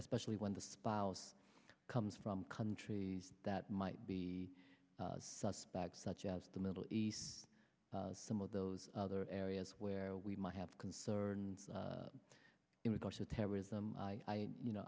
especially when the spouse comes from countries that might be suspects such as the middle east some of those other areas where we might have concerns in regards to terrorism i you know